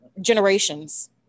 generations